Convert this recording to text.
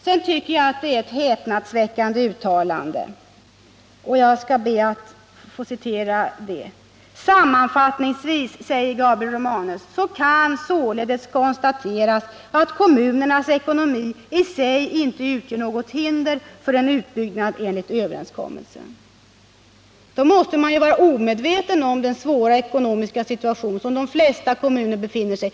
Socialministern gör i svaret ett häpnadsväckande uttalande, som jag skall be att få citera: ”Sammanfattningsvis kan således konstateras att kommunernas ekonomi i sig inte utgör något hinder för en utbyggnad enligt överenskommelsen, -—--.” Då måste han ju vara omedveten om den svåra ekonomiska situation som de flesta kommuner befinner sig i.